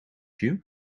you